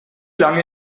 lange